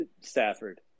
Stafford